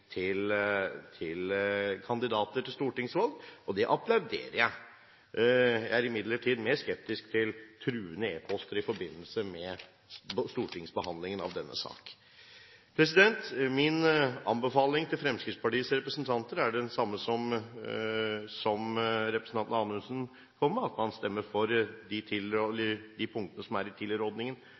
vil til kandidater til stortingsvalg, og det applauderer jeg. Jeg er imidlertid mer skeptisk til truende e-poster i forbindelse med stortingsbehandlingen av denne saken. Min anbefaling til Fremskrittspartiets representanter er den samme som representanten Anundsen kom med, at man stemmer for de punktene som er i